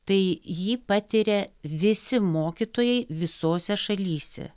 tai jį patiria visi mokytojai visose šalyse